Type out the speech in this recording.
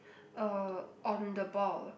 uh on the ball